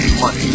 money